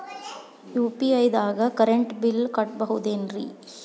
UPI ದಾಗ current bill ಕಟ್ಟಬಹುದೇನ್ರಿ?